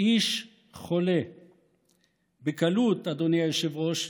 "איש חולה"; בקלות, אדוני היושב-ראש,